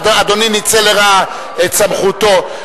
אדוני ניצל לרעה את סמכותו,